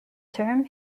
term